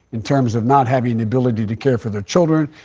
in terms of not having the ability to care for their children,